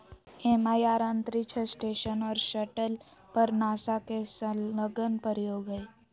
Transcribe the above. MIR अंतरिक्ष station और shuttle पर नासा के संलग्न प्रयोग हइ